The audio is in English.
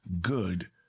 good